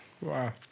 Wow